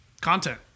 content